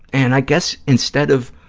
and i guess instead of